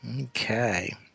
Okay